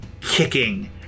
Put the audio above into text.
kicking